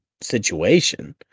situation